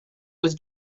with